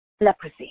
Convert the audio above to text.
leprosy